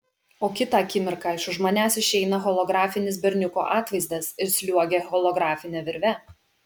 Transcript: o kitą akimirką iš už manęs išeina holografinis berniuko atvaizdas ir sliuogia holografine virve